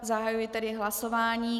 Zahajuji tedy hlasování.